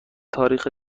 تاریخ